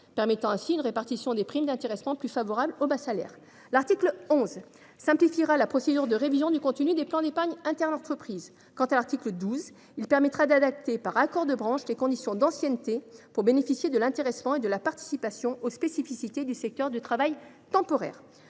permettant ainsi une répartition des primes d’intéressement plus favorable aux bas salaires. L’article 11 simplifiera la procédure de révision du contenu des plans d’épargne interentreprises (PEI). Quant à l’article 12, il prévoit d’adapter, par accord de branche, les conditions d’ancienneté fixées pour bénéficier de l’intéressement et de la participation aux spécificités du secteur du travail temporaire.